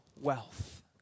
wealth